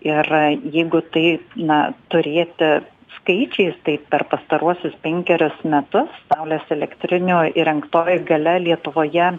ir jeigu tai na turėti skaičiais tai per pastaruosius penkerius metus saulės elektrinių įrengtoji galia lietuvoje